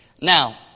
Now